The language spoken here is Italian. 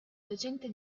docente